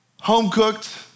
home-cooked